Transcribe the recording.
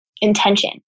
intention